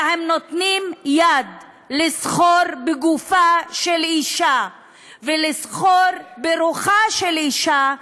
אלא הם נותנים יד לסחר בגופה של אישה ולסחר ברוחה של אישה,